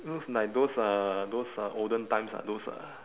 looks like those uh those uh olden times ah those uh